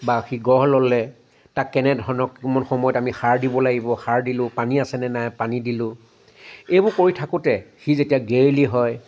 বা সি গঢ় ল'লে তাক কেনেধৰণৰ কোন সময়ত আমি সাৰ দিব লাগিব সাৰ দিলোঁ পানী আছে নে নাই পানী দিলোঁ এইবোৰ কৰি থাকোতে সি যেতিয়া গেৰেলি হয়